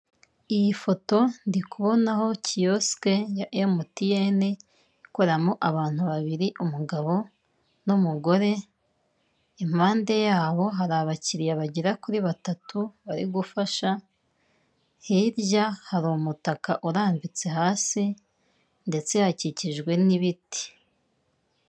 Iyi foto ndikubonaho kiyosike ya MTN ikoramo abantu babiri umugabo n'umugore, impande yabo hari abakiriya bagera kuri batatu bari gufasha, hirya hari umutaka urambitse hasi ndetse hakikijwe n'ibiti.